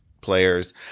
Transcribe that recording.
players